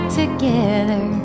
together